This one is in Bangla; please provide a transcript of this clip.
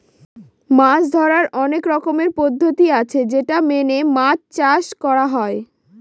মাছ ধরার অনেক রকমের পদ্ধতি আছে যেটা মেনে মাছ চাষ করা হয়